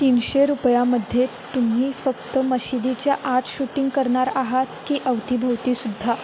तीनशे रुपयांमध्ये तुम्ही फक्त मशिदीच्या आत शूटिंग करणार आहात की अवतीभवती सुद्धा